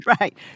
Right